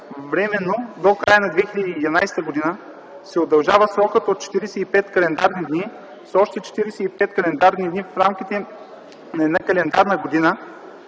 временно, до края на 2011 г., се удължава срокът от 45 календарни дни с още 45 календарни дни в рамките на една календарна година